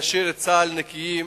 ונשאיר את צה"ל נקי,